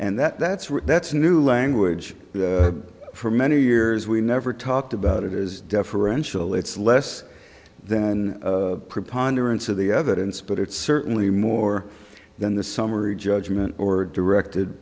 and that's what that's new language for many years we never talked about it is deferential it's less then a preponderance of the evidence but it's certainly more than the summary judgment or directed